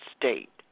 state